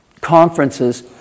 conferences